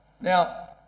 Now